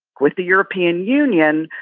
with the european union,